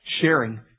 sharing